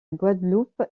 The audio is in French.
guadeloupe